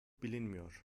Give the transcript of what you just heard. bilinmiyor